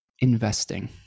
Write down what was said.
investing